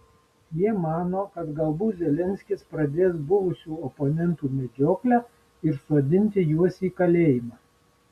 jie mano kad galbūt zelenskis pradės buvusių oponentų medžioklę ir sodinti juos į kalėjimą